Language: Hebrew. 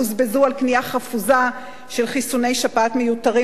שקלים בוזבזו על קנייה חפוזה של חיסוני שפעת מיותרים,